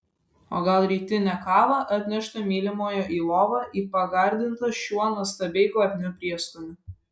o gal rytinę kavą atneštą mylimojo į lovą į pagardintą šiuo nuostabiai kvapniu prieskoniu